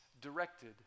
directed